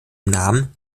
namen